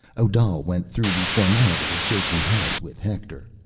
odal went through the formality of shaking hands with hector.